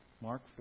Mark